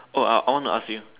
oh uh I want to ask you